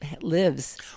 lives